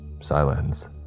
Silence